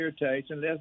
irritation